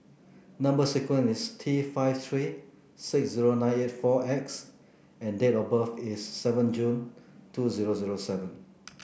number sequence is T five three six zero nine eight four X and date of birth is seven June two zero zero seven